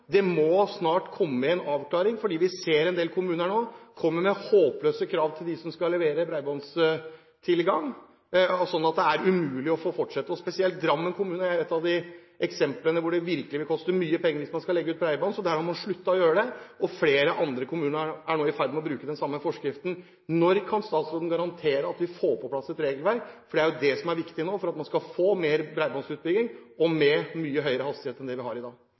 Det må snart komme en avklaring, fordi vi ser at en del kommuner nå kommer med håpløse krav til dem som skal legge ut bredbånd, slik at det er umulig å få fortsette. Drammen kommune er et eksempel på at det virkelig vil koste mye penger hvis man skal legge ut bredbånd, så der har man sluttet å gjøre det. Flere andre kommuner er nå i ferd med å bruke den samme forskriften. Når kan statsråden garantere at vi får på plass et regelverk? Det er jo det som er viktig for at man skal få mer bredbåndsutbygging og bredbånd med mye høyere hastighet enn det vi har i dag.